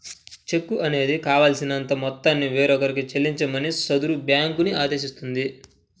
చెక్కు అనేది కావాల్సినంత మొత్తాన్ని వేరొకరికి చెల్లించమని సదరు బ్యేంకుని ఆదేశిస్తుంది